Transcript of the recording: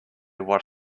what